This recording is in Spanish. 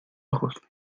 ojos